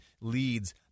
leads